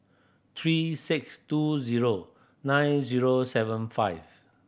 three six two zero nine zero seven five